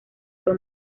fue